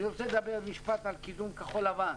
אני רוצה לדבר במשפט על קידום כחול לבן.